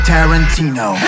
Tarantino